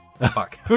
Fuck